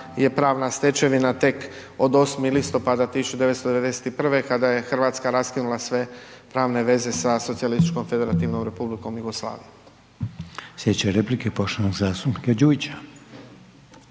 je pravna stečevina tek od 8. listopada 1991. kada je Hrvatska raskinula sve pravne veze sa SFRJ. **Reiner, Željko (HDZ)**